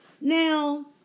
Now